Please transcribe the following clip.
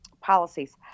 policies